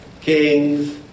Kings